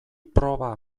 proba